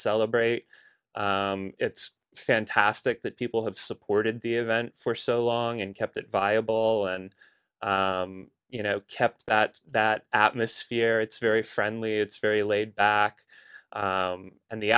celebrate it's fantastic that people have supported the event for so long and kept it viable and you know kept that that atmosphere it's very friendly it's very laid back and the